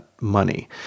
money